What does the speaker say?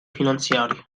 finanziario